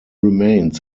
remained